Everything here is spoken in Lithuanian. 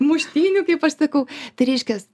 muštynių kaip aš sakau tai reiškias